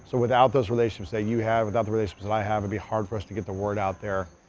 so without those relationships that you have, without the relationships that i have, it would be hard for us to get the word out there,